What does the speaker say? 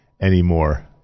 anymore